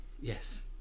Yes